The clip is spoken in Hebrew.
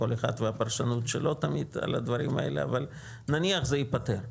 כל אחד והפרשנות שלו על הדברים האלה אבל נניח שזה ייפתר,